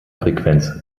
frequenz